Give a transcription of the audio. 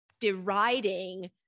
deriding